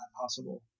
possible